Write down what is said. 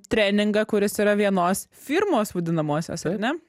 treningą kuris yra vienos firmos vadinamosios ar ne